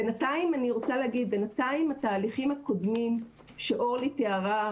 בינתיים התהליכים הקודמים שאורלי תיארה,